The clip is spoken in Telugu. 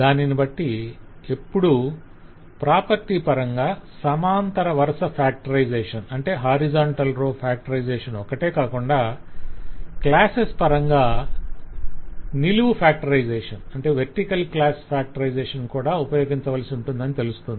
దానిని బట్టి ఎప్పుడూ ప్రాపర్టీ పరంగా సమాంతర వరుస ఫాక్టరైజేషన్ ఒక్కటే కాకుండా క్లాసెస్ పరంగా నిలువు ఫాక్టరైజేషన్ కూడా ఉపయోగించవలసి ఉంటుందని తెలుస్తుంది